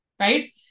Right